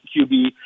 QB